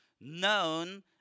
Known